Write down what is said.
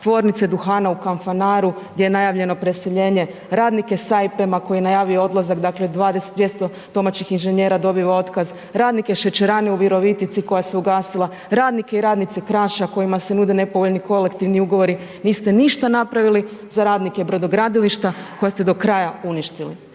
tvornice duhana u Kanfanaru gdje je najavljeno preseljenje, radnike Saipema koji je najavio odlazak, dakle 200 domaćih inženjera dobiva otkaz, radnike šećerane u Virovitici koja se ugasila, radnike i radnice Kraša kojima se nude nepovoljni kolektivni ugovori, niste ništa napravili za radnike brodogradilišta koje ste do kraja uništili.